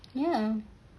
ya